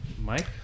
Mike